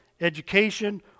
education